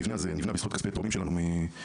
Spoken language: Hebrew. המבנה נבנה בזכות כספי תורמים שלנו מהעולם,